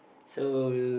so